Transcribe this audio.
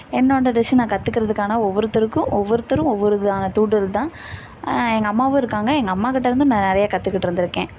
என்னோடய டிஷ்ஷு நான் கற்றுக்கிறதுக்கான ஒவ்வொருத்தருக்கும் ஒவ்வொருத்தரும் ஒவ்வொரு விதமான தூண்டுதல் தான் எங்கள் அம்மாவும் இருக்காங்க எங்கள் அம்மாக்கிட்ட இருந்து நான் நிறைய கற்றுக்கிட்டு இருந்திருக்கேன்